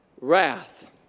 wrath